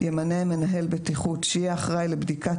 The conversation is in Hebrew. ימנה מנהל בטיחות שיהיה אחראי לבדיקת